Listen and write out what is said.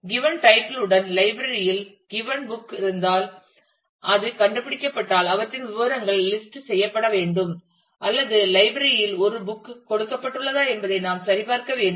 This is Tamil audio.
கிவன் டைட்டில் உடன் லைப்ரரி இல் கிவன் புக் இருந்தால் அது கண்டுபிடிக்கப்பட்டால் அவற்றின் விவரங்கள் லிஸ்ட் ப்பட வேண்டும் அல்லது லைப்ரரி இல் ஒரு புக் கொடுக்கப்பட்டுள்ளதா என்பதை நாம் சரிபார்க்க வேண்டும்